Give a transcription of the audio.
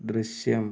ദൃശ്യം